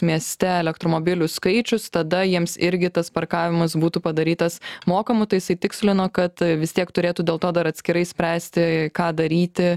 mieste elektromobilių skaičius tada jiems irgi tas parkavimas būtų padarytas mokamų tai jisai tikslino kad vis tiek turėtų dėl to dar atskirai spręsti ką daryti